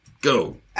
go